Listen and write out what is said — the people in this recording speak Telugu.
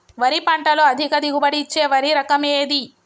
వరి పంట లో అధిక దిగుబడి ఇచ్చే వరి రకం ఏది?